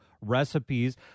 recipes